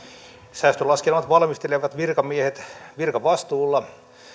säästölaskelmat valmistelevat virkamiehet virkavastuulla